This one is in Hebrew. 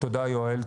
תודה יואל,